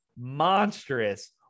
monstrous